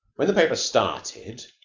when the paper started,